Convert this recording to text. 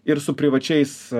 ir su privačiais